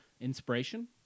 Inspiration